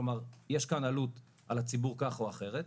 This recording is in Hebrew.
כלומר יש כאן עלות על הציבור כך או אחרת.